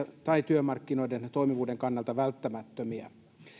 tai työmarkkinoiden toimivuuden kannalta välttämättömiä